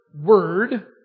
word